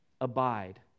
abide